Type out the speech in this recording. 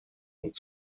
und